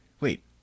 wait